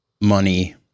money